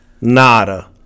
Nada